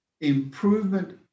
improvement